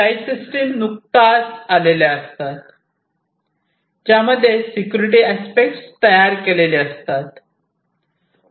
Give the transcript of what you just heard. काही सिस्टम नुकत्याच आलेल्या असतात ज्या मध्ये सिक्युरिटी अस्पेक्ट्स तयार केलेले असतात